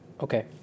okay